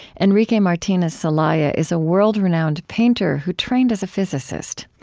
enrique martinez celaya is a world-renowned painter who trained as a physicist.